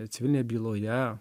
civilinėj byloje